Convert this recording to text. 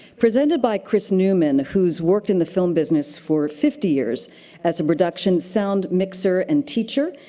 presented by chris newman who's worked in the film business for fifty years as a production sound mixer and teacher.